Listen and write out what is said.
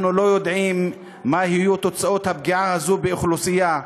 אנחנו לא יודעים מה יהיו תוצאות הפגיעה הזאת באוכלוסייה.